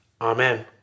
Amen